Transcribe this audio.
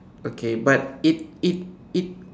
okay but it it it